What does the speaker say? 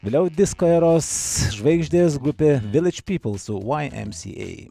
vėliau disko eros žvaigždės grupė viledž pypl su vai em si ei